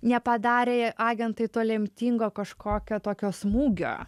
nepadarė agentai to lemtingo kažkokio tokio smūgio